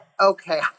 okay